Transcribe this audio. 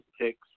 picks